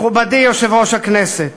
מכובדי יושב-ראש הכנסת,